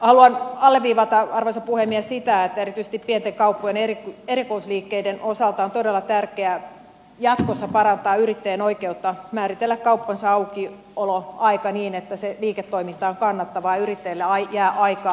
haluan alleviivata arvoisa puhemies sitä että erityisesti pienten kauppojen ja erikoisliikkeiden osalta on todella tärkeää jatkossa parantaa yrittäjän oikeutta määritellä kauppansa aukioloaika niin että se liiketoiminta on kannattavaa ja yrittäjälle jää aikaa lepoon